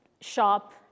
Shop